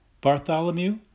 Bartholomew